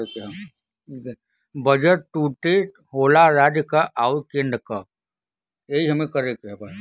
budget दू ठे होला राज्य क आउर केन्द्र क